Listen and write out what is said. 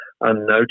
unnoticed